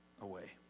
away